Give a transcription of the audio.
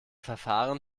verfahren